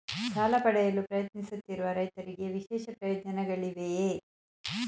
ಸಾಲ ಪಡೆಯಲು ಪ್ರಯತ್ನಿಸುತ್ತಿರುವ ರೈತರಿಗೆ ವಿಶೇಷ ಪ್ರಯೋಜನಗಳಿವೆಯೇ?